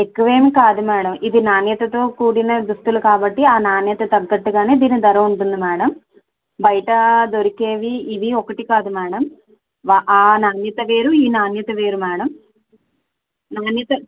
ఎక్కువేం కాదు మేడం ఇది నాణ్యతతో కూడిన దుస్తులు కాబ్బటి ఆ నాణ్యత తగ్గట్టుగానే దీని ధర ఉంటుంది మేడం బయట దొరికేవి ఇవి ఒకటి కాదు మేడం వ ఆ నాణ్యత వేరు ఈ నాణ్యత వేరు మేడం నాణ్యత